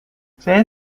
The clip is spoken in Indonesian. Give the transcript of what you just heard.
saya